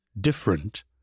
different